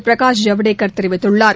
பிரகாஷ் ஜவ்டேகர் தெரிவித்துள்ளார்